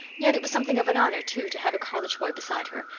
yet it was something of an honour, too, to have a college boy beside her,